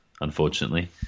unfortunately